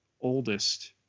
oldest